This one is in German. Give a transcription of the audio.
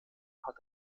hat